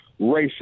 racist